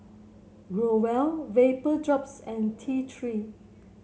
Growell Vapodrops and T Three